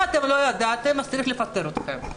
אם לא ידעתם, צריך לפטר אתכם,